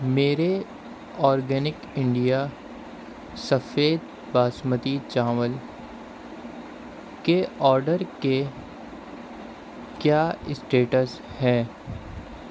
میرے organic India سفید باسمتی چاول کے آرڈر کے کیا اسٹیٹس ہے